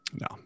No